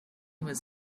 was